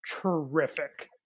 terrific